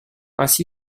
ainsi